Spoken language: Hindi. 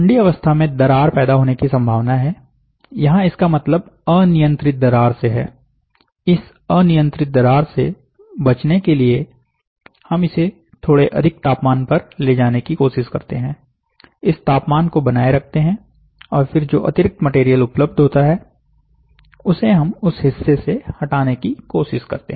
ठंडी अवस्था में दरार पैदा होने की संभावना हैयहां इसका मतलब अनियंत्रित दरार से है इस अनियंत्रित दरार से बचने के लिए हम इसे थोड़े अधिक तापमान पर ले जाने की कोशिश करते हैं इस तापमान को बनाए रखते हैं और फिर जो अतिरिक्त मटेरियल उपलब्ध होता है उसे हम उस हिस्से से हटाने की कोशिश करते हैं